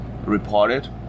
reported